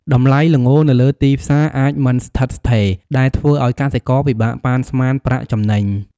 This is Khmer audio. តម្លៃល្ងនៅលើទីផ្សារអាចមិនស្ថិតស្ថេរ ដែលធ្វើឱ្យកសិករពិបាកប៉ាន់ស្មានប្រាក់ចំណេញ។